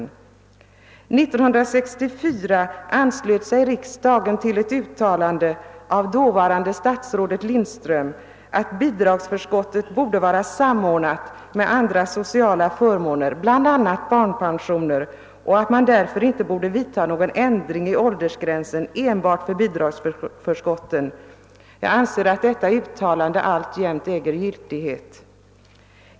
År 1964 anslöt sig riksdagen till ett uttalande av dåvarande statsrådet Lindström, att bidragsförskottet borde vara samordnat med andra sociala förmåner, bl.a. barnpensioner, och att man därför inte borde ändra åldersgränsen enbart för bidragsförskotten. Jag anser att detta uttalande alltjänt äger giltighet.